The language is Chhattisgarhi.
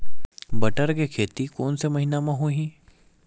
बटर के खेती कोन से महिना म होही?